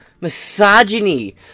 misogyny